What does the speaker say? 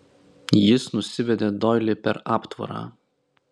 jis nusivedė doilį per aptvarą